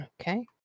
Okay